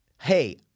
hey